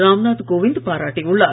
ராம் நாத் கோவிந்த் பாராட்டியுள்ளார்